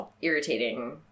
irritating